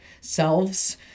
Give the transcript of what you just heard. selves